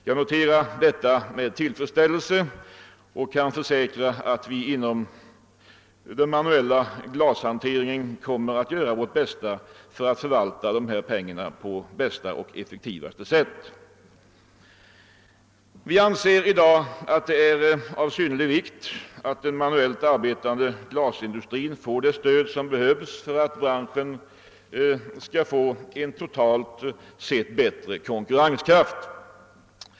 Jag noterar som sagt detta med tillfredsställelse och jag kan försäkra att vi inom den manuella glashanteringen kommer att göra vårt bästa för att förvalta dessa pengar på bästa och effektivaste sätt. Vi anser att det är av synnerlig vikt att den manuellt arbetande glasindustrin får det stöd som behövs för att branschen skall få en totalt sett bättre konkurrenskraft.